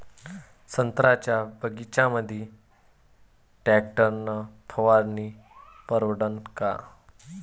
संत्र्याच्या बगीच्यामंदी टॅक्टर न फवारनी परवडन का?